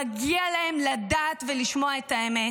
מגיע להן לדעת ולשמוע את האמת,